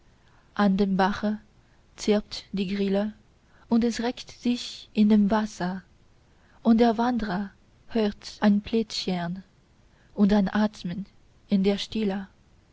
an dem bache zirpt die grille und es regt sich in dem wasser und der wandrer hört ein plätschern und ein atmen in der stille